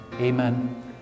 Amen